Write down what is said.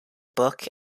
book